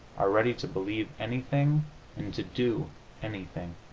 are ready to believe anything, and to do anything.